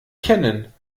kennen